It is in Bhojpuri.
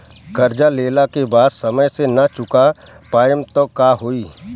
कर्जा लेला के बाद समय से ना चुका पाएम त का होई?